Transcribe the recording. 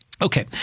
Okay